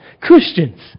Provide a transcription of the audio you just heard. Christians